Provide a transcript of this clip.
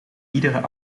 iedere